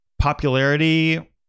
popularity